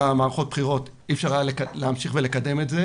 מערכות הבחירות אי אפשר היה להמשיך ולקדם את זה.